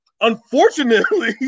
Unfortunately